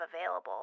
available